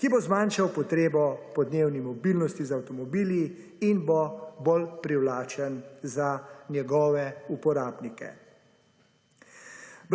ki bo zmanjšal potrebo po dnevni mobilnosti z avtomobili in bo bolj privlačen za njegove uporabnike.